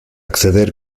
acceder